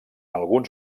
alguns